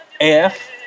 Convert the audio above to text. AF